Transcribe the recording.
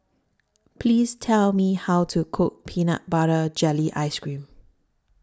Please Tell Me How to Cook Peanut Butter Jelly Ice Cream